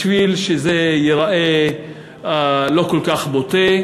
בשביל שזה לא ייראה כל כך בוטה,